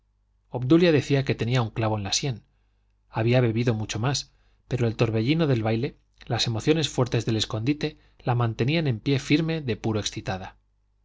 obdulia decía que tenía un clavo en la sien había bebido mucho más pero el torbellino del baile las emociones fuertes del escondite la mantenían en pie firme de puro excitada